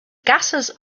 gases